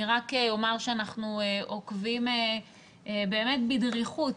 אני רק אומר שאנחנו עוקבים באמת בדריכות